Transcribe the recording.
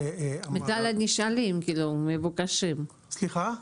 מהאוכלוסייה שהשתתפה ומהאוכלוסייה שסירבה.